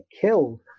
killed